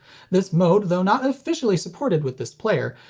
this mode, though not officially supported with this player,